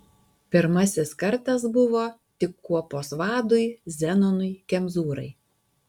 pirmasis kartas buvo tik kuopos vadui zenonui kemzūrai